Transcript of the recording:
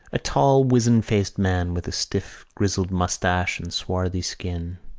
a tall wizen-faced man, with a stiff grizzled moustache and swarthy skin,